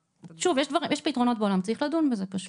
שוב, יש פתרונות בעולם, צריך לדון בזה פשוט.